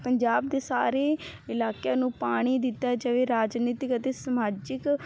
ਪੰਜਾਬ ਦੇ ਸਾਰੇ ਇਲਾਕਿਆਂ ਨੂੰ ਪਾਣੀ ਦਿੱਤਾ ਜਾਵੇ ਰਾਜਨੀਤਿਕ ਅਤੇ ਸਮਾਜਿਕ